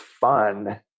fun